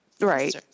Right